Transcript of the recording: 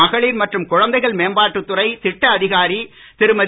மகளிர் மற்றும் குழந்தைகள் மேம்பாட்டுத்துறை திட்ட அதிகாரி திருமதி